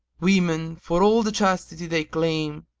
women, for all the chastity they claim,